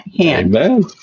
Amen